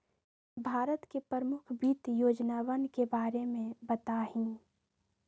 भारत के प्रमुख वित्त योजनावन के बारे में बताहीं